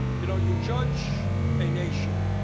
you know, you judge a nation